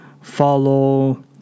follow